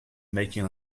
making